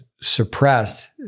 suppressed